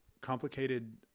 complicated